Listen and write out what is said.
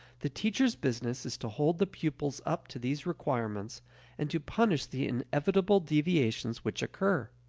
the teachers' business is to hold the pupils up to these requirements and to punish the inevitable deviations which occur.